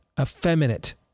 effeminate